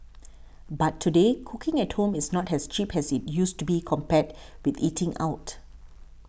but today cooking at home is not as cheap as it used to be compared with eating out